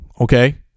Okay